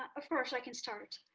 of course, i can start.